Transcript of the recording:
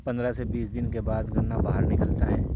پندرہ سے بیس دن کے بعد گنا باہر نکلتا ہے